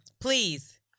Please